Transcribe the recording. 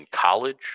College